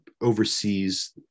oversees